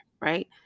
right